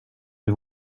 une